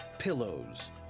pillows